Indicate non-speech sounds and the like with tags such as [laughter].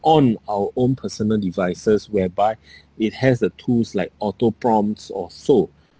on our own personal devices whereby [breath] it has the tools like auto prompts or so